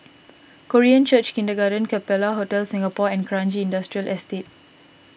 Korean Church Kindergarten Capella Hotel Singapore and Kranji Industrial Estate